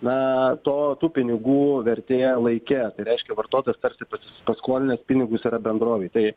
na to tų pinigų vertė laike tai reiškia vartotojas tarsi pasis paskolinęs pinigus yra bendrovei tai